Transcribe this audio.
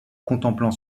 contemplant